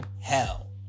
hell